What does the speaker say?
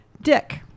Dick